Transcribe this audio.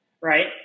Right